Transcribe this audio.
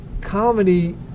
Comedy